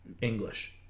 English